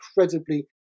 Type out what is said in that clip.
incredibly